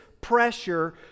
pressure